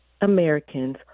Americans